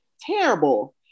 terrible